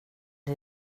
det